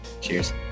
cheers